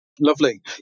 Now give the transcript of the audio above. Lovely